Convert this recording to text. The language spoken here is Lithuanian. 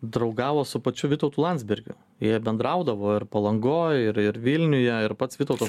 draugavo su pačiu vytautu landsbergiu jie bendraudavo ir palangoj ir ir vilniuje ir pats vytautas